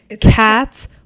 Cats